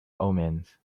omens